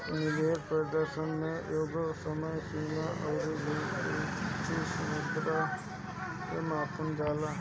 निवेश प्रदर्शन के एकगो समय सीमा अउरी विशिष्ट मुद्रा में मापल जाला